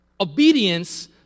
Obedience